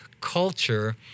culture